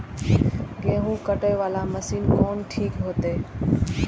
गेहूं कटे वाला मशीन कोन ठीक होते?